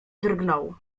drgnął